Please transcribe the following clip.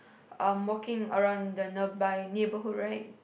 um walking around the nearby neighborhood right